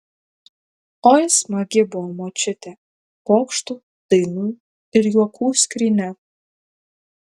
oi smagi buvo močiutė pokštų dainų ir juokų skrynia